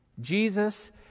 Jesus